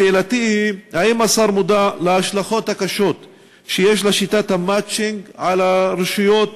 שאלתי היא: האם השר מודע להשלכות הקשות שיש לשיטת המצ'ינג על הרשויות